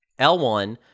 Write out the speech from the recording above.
L1